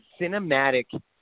cinematic